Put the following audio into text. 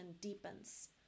deepens